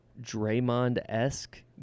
Draymond-esque